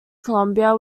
columbia